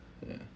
ya